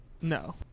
No